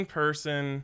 person